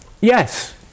yes